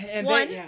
One